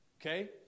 okay